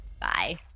Bye